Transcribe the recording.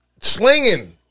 slinging